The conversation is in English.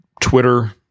Twitter